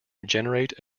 generate